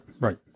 right